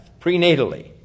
prenatally